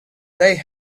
they